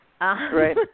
right